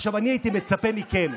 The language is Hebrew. אני הייתי מצפה מכם,